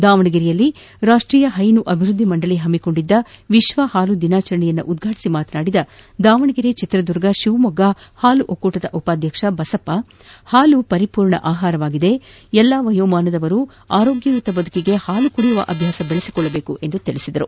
ದಾವಣಗೆರೆಯಲ್ಲಿ ರಾಷ್ಷೀಯ ಹೈನು ಅಭಿವೃದ್ದಿ ಮಂಡಳಿ ಹಮ್ಮಿಕೊಂಡಿದ್ದ ವಿಶ್ವ ಹಾಲು ದಿನಾಚರಣೆ ಉದ್ರಾಟಿಸಿ ಮಾತನಾಡಿದ ದಾವಣಗೆರೆ ಚಿತ್ರದುರ್ಗ ಶಿವಮೊಗ್ಗ ಹಾಲು ಒಕ್ಕೂಟದ ಉಪಾಧ್ಯಕ್ಷ ಬಸಪ್ಪ ಹಾಲು ಪರಿಪೂರ್ಣ ಆಹಾರವಾಗಿದೆ ಎಲ್ಲ ವಯೋಮಾನದವರು ಆರೋಗ್ಯಯತ ಬದುಕಿಗೆ ಹಾಲು ಕುಡಿಯುವ ಅಭ್ಯಾಸ ಬೆಳೆಬಿಕೊಳ್ಳಬೇಕು ಎಂದು ತಿಳಿಸಿದರು